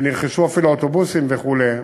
ונרכשו אפילו האוטובוסים וכו',